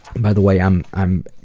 by the way i'm i'm